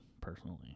personally